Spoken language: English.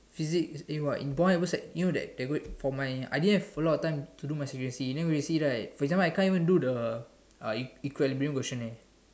physic it what in sec you know that they got for my I didn't have a lot of time to do my C_V_A_C then V_A_C right for example I can't even do the uh eq~ equilibrium question eh